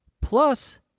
plus